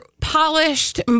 polished